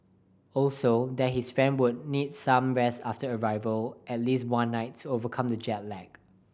also that his friend would need some rest after arrival at least one night to overcome the jet lag